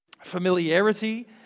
familiarity